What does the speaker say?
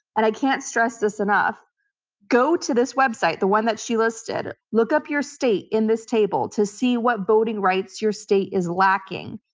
and i can't stress this enough go to this website, the one that she listed. look up your state in this table to see what voting rights your state is lacking,